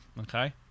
okay